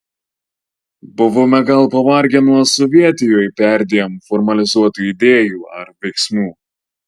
buvome gal pavargę nuo sovietijoj perdėm formalizuotų idėjų ar veiksmų